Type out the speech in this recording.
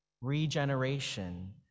regeneration